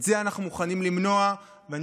את זה אנחנו מוכנים למנוע, ואני